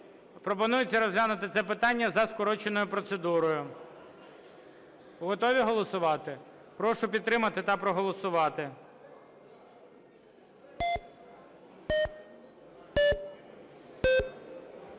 Пропонується розглянути це питання за скороченою процедурою. Готові голосувати? Прошу підтримати та проголосувати.